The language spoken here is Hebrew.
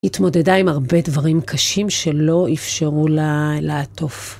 התמודדה עם הרבה דברים קשים שלא אפשרו לה לעטוף.